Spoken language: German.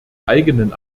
eigenen